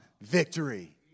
victory